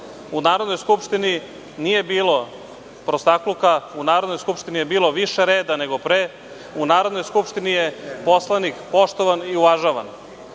U Narodnoj skupštini nije bilo prostakluka, u Narodnoj skupštini je bilo više reda nego pre, u Narodnoj skupštini je poslanik poštovan i uvažavan.